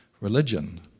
religion